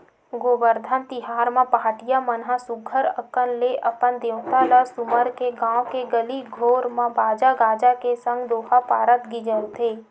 गोबरधन तिहार म पहाटिया मन ह सुग्घर अंकन ले अपन देवता ल सुमर के गाँव के गली घोर म बाजा गाजा के संग दोहा पारत गिंजरथे